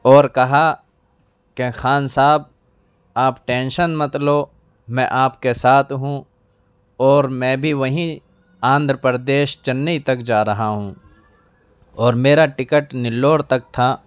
اور کہا کہ خان صاحب آپ ٹینشن مت لو میں آپ کے ساتھ ہوں اور میں بھی وہیں آندھرا پردیش چنئی تک جا رہا ہوں اور میرا ٹکٹ نلور تک تھا